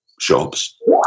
shops